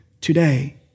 today